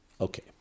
Okay